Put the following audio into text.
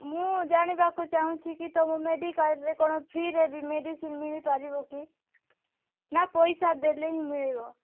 ମୁଁ ଜାଣିବାକୁ ଚାହୁଁଛି କି ତୁମ ମେଡିକାଲ୍ରେ କ'ଣ ଫ୍ରିରେ ବି ମେଡିସିନ୍ ମିଳିପାରିବ କି ନା ପଇସା ଦେଲେ ହିଁ ମିଳିବ